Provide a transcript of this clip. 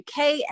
UK